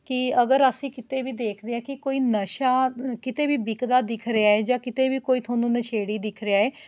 ਕਿ ਅਗਰ ਅਸੀਂ ਕਿਤੇ ਵੀ ਦੇਖਦੇ ਹਾਂ ਕਿ ਕੋਈ ਨਸ਼ਾ ਕਿਤੇ ਵੀ ਵਿਕਦਾ ਦਿਖ ਰਿਹਾ ਏ ਜਾਂ ਕਿਤੇ ਵੀ ਕੋਈ ਤੁਹਾਨੂੰ ਨਸ਼ੇੜੀ ਦਿਖ ਰਿਹਾ ਏ